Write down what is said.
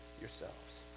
yourselves